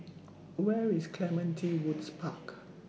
Where IS Clementi Woods Park